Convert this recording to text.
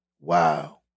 Wow